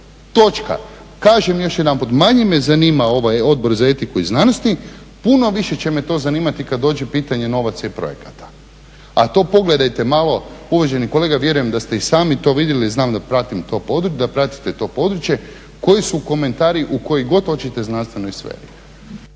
pravu. Kažem još jedanput, manje me zanima ovaj Odbor za etiku znanosti, puno više će me to zanimati kada dođe pitanje novaca i projekata, a to pogledajte malo, uvaženi kolega, vjerujem da ste i sami to vidjeli, znam da pratite to područje, koji su komentari … kojoj god hoćete znanstvenoj sferi?